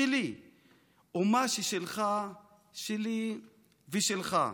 שלי / ומה ששלך / שלי / ושלך!